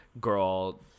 girl